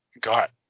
got